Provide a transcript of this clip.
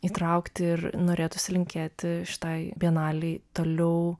įtraukti ir norėtųsi linkėti šitai bienalei toliau